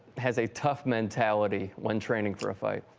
has a tough mentality when training for a fight